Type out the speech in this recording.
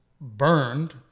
burned